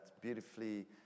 beautifully